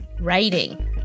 writing